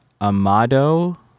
amado